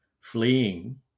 fleeing